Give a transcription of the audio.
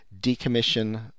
decommission